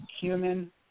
cumin